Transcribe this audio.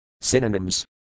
Synonyms